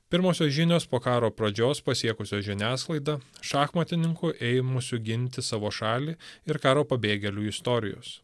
pirmosios žinios po karo pradžios pasiekusios žiniasklaidą šachmatininkų ėmusių ginti savo šalį ir karo pabėgėlių istorijos